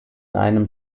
einem